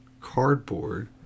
cardboard